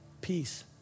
peace